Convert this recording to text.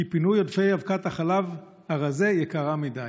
כי פינוי עודפי אבקת החלב הרזה יקר מדי.